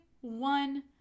one